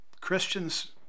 Christians